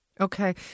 Okay